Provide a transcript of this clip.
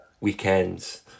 weekends